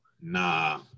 Nah